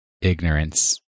ignorance